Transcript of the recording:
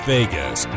Vegas